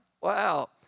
Wow